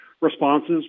responses